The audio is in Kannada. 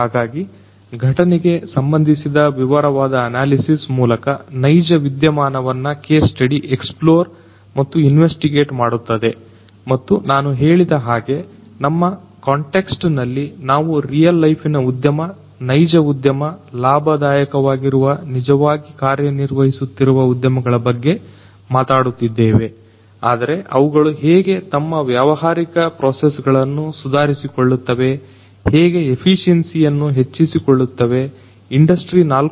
ಹಾಗಾಗಿ ಘಟನೆಗೆ ಸಂಬಂಧಿಸಿದ ವಿವರವಾದ ಅನಾಲಿಸಿಸ್ ಮೂಲಕ ನೈಜ ವಿದ್ಯಮಾನವನ್ನ ಕೇಸ್ ಸ್ಟಡಿ ಎಕ್ಸ್ಪ್ಲೋರ್ ಮತ್ತು ಇನ್ವೆಷ್ಟಿಗೇಟ್ ಮಾಡಿತ್ತದೆ ಮತ್ತು ನಾನು ಹೇಳಿದ ಹಾಗೆ ನಮ್ಮ ಕಾಂಟೆಕ್ಸ್ಟ್ ನಲ್ಲಿ ನಾವು ರಿಯಲ್ ಲೈಫಿನ ಉದ್ಯಮ ನೈಜ ಉದ್ಯಮ ಲಾಭದಾಯಕವಾಗಿರುವ ನಿಜವಾಗಿ ಕಾರ್ಯನಿರ್ವಹಿಸುತ್ತಿರುವ ಉದ್ಯಮಗಳ ಬಗ್ಗೆ ಮಾತಾಡುತ್ತಿದ್ದೇವೆ ಆದರೆ ಅವುಗಳು ಹೇಗೆ ತಮ್ಮ ವ್ಯಾವಹಾರಿಕ ಪ್ರೊಸೆಸ್ಗಳನ್ನ ಸುಧಾರಿಸಿಕೊಳ್ಳುತ್ತವೆ ಹೇಗೆ ಎಫಿಸಿಯೆನ್ಸಿಯನ್ನ ಹೆಚ್ಚಿಸಿಕೊಳ್ಳುತ್ತವೆ ಇಂಡಸ್ಟ್ರಿ 4